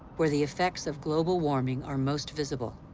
where the effects of global warming are most visible.